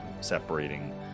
separating